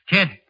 Kid